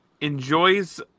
enjoys